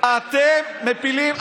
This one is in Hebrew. אתם מפילים,